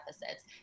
deficits